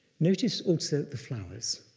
notice also the flowers.